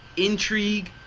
intrigue,